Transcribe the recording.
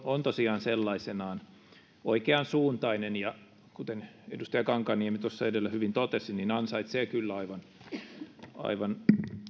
on tosiaan sellaisenaan oikeansuuntainen ja kuten edustaja kankaanniemi tuossa edellä hyvin totesi ansaitsee kyllä aivan aivan